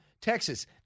Texas